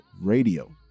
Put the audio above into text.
Radio